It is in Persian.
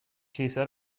کیسه